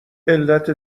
علت